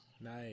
Nice